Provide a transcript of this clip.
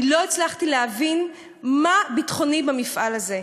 אני לא הצלחתי להבין מה ביטחוני במפעל הזה,